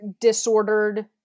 disordered